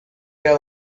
era